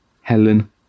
Helen